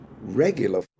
regular